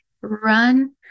run